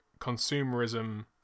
consumerism